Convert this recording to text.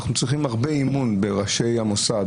אנחנו צריכים הרבה אמון בראשי המוסד,